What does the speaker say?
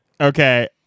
Okay